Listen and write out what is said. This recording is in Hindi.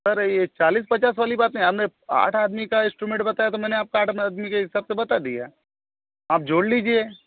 सर यह चालीस पचास वाली बातें हमने आठ आदमी का इस्टीमेट बताया तो मैंने आपका आठ आदमी के हिसाब से बता दिया आप जोड़ लीजिए